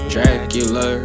Dracula